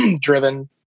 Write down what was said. driven